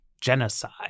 genocide